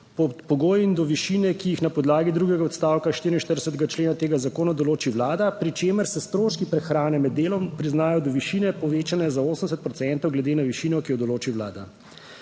pod pogoji in do višine, ki jih na podlagi drugega odstavka 44. člena tega zakona določi Vlada, pri čemer se stroški prehrane med delom priznajo do višine povečanja za 80 procentov glede na višino, ki jo določi Vlada.